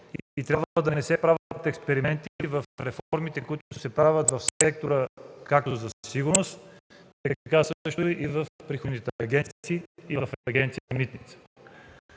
и трябва да не се правят експерименти в реформите, които се правят в секторите, както в сектора за сигурност, така и в приходните агенции и в Агенция „Митници”.